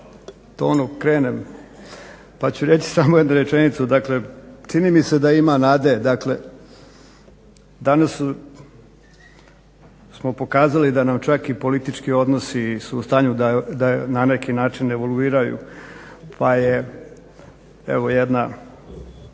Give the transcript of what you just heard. tonu krenem pa ću reći samo jednu rečenicu. Dakle, čini mi se da ima nade, dakle danas smo pokazali da nam čak i politički odnosi su u stanju da na neki način evaluiraju, pa je evo jedna